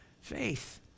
Faith